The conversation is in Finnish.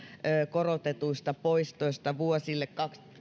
korotetuista poistoista vuosille